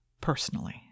personally